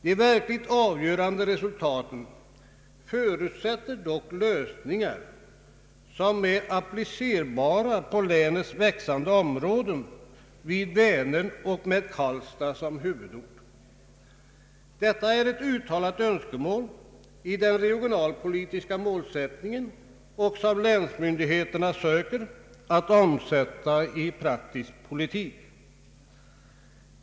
De verkligt avgörande resultaten förutsätter dock lösningar som är applicerbara på länets växande områden vid Vänern och med Karlstad som huvudort. Detta är ett uttalat önskemål i den regionalpolitiska målsättningen som länsmyndigheterna söker omsätta i praktisk politik.